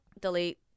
delete